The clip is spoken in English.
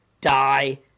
die